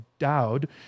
endowed